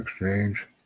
exchange